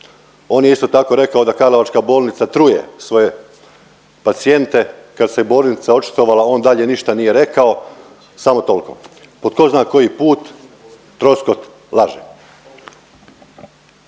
On je isto tako rekao da Karlovačka bolnica truje svoje pacijente. Kad se bolnica očitovala on dalje ništa nije rekao. Samo toliko. Po tko zna koji put Troskot laže.